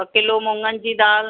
ॿ किलो मूङनि जी दाल